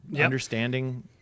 understanding